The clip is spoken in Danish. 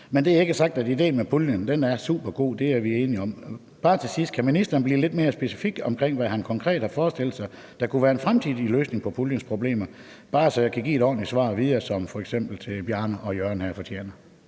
Men dermed ikke sagt, at det gælder idéen med puljen. Den er supergod; det er vi enige om. Bare til sidst vil jeg spørge, om ministeren kan blive lidt mere specifik omkring, hvad han konkret har forestillet sig kunne være en fremtidig løsning på puljens problemer, bare så jeg kan give et ordentligt svar videre, f.eks. til Bjarne og Jørgen her, som de fortjener.